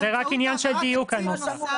זה רק עניין של דיוק הנוסח.